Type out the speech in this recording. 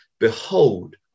Behold